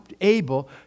able